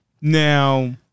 Now